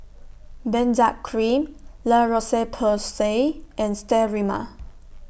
Benzac Cream La Roche Porsay and Sterimar